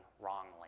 wrongly